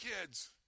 kids